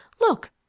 look